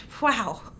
wow